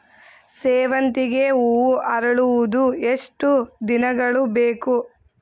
ಸೇವಂತಿಗೆ ಹೂವು ಅರಳುವುದು ಎಷ್ಟು ದಿನಗಳು ಬೇಕು?